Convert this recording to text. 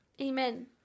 Amen